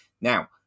Now